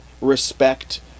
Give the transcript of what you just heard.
respect